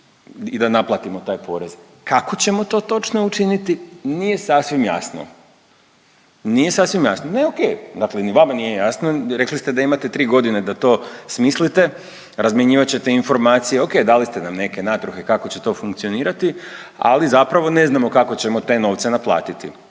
i da naplatimo taj porez. Kako ćemo to točno učiniti nije sasvim jasno, nije sasvim jasno. Ne, okej, dakle ni vama nije jasno, rekli ste da imate 3.g. da to smislite, razmjenjivat ćete informacije, okej, dali ste nam neke natruhe kako će to funkcionirati, ali zapravo ne znamo kako ćemo te novce naplatiti.